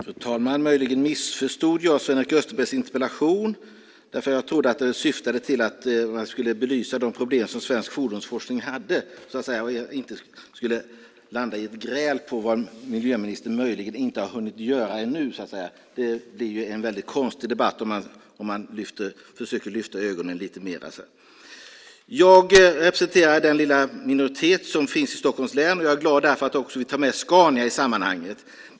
Fru talman! Möjligen missförstod jag Sven-Erik Österbergs interpellation. Jag trodde att den syftade till att belysa de problem som svensk fordonsforskning har och inte att den skulle landa i ett gräl om vad miljöministern möjligen inte har hunnit göra ännu. Det blir ju en väldigt konstig debatt om man inte försöker lyfta blicken lite mer. Jag representerar den lilla minoritet som finns i Stockholms län, och jag är därför glad att vi också tar med Scania i sammanhanget.